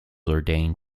ordained